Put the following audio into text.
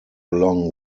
along